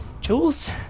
Jules